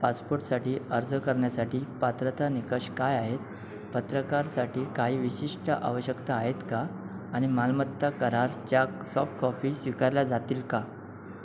पासपोर्टसाठी अर्ज करण्यासाठी पात्रता निकष काय आहेत पत्रकारसाठी काही विशिष्ट आवश्यकता आहेत का आणि मालमत्ता करारच्या सॉफ्टकॉपी स्वीकारल्या जातील का